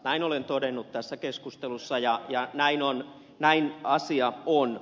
näin olen todennut tässä keskustelussa ja näin asia on